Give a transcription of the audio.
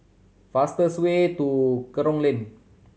fastest way to Kerong Lane